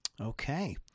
Okay